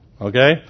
okay